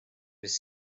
was